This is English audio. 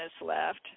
left